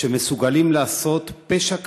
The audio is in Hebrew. שמסוגלים לעשות פשע כזה.